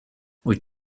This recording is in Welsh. wyt